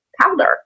powder